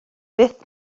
byth